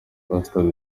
pastor